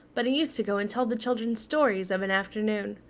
but he used to go and tell the children stories of an afternoon.